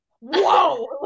whoa